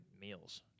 meals